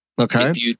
Okay